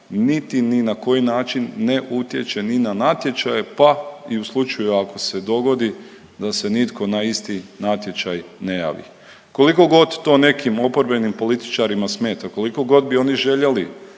niti ni na koji način ne utječe ni na natječaje, pa i u slučaju ako se dogodi da se nitko na isti natječaj ne javi. Koliko god to nekim oporbenim političarima smeta, koliko god bi oni željeli